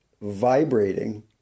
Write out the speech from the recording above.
vibrating